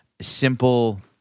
simple